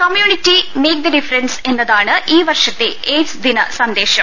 community make the difference എന്നതാണ് ഈ വർഷത്തെ എയ്ഡ്സ് ദിന സന്ദേശം